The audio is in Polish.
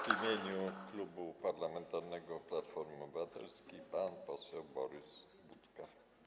W imieniu Klubu Parlamentarnego Platforma Obywatelska pan poseł Borys Budka.